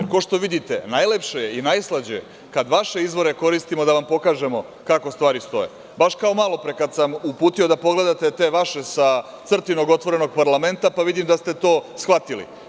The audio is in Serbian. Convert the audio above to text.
Kao što vidite, najlepše je i najslađe kada vaše izvore koristimo da vam pokažemo kako stvari stoje, baš kao malopre, kada sam uputio da pogledate te vaše sa „Crtinog“ otvorenog parlamenta, pa vidim da ste to shvatili.